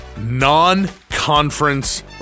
non-conference